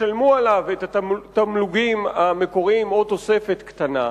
ישלמו עליו את התמלוגים המקוריים או עם תוספת קטנה,